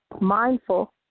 mindful